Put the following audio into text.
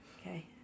Okay